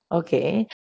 okay